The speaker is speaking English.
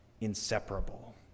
inseparable